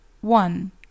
one